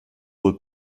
wohl